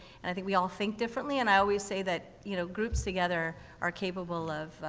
and i think we all think differently. and i always say that, you know, groups together are capable of, ah,